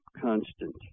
constant